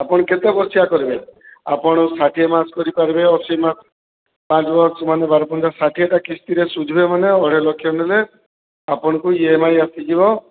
ଆପଣ କେତେ ବର୍ଷିଆ କରିବେ ଆପଣ ଷାଠିଏ ମାସ କରି ପାରିବେ ଅଶୀ ମାସ ପାଞ୍ଚ ମାସ ମାନେ ବାର ପଞ୍ଚା ଷାଠିଏଟା କିସ୍ତିରେ ସୁଝିବେ ମାନେ ଅଢ଼େଇ ଲକ୍ଷ ନେଲେ ଆପଣଙ୍କୁ ଇ ଏମ ଆଇ ଆସିଯିବ